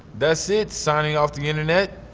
that's it, signing off the internet.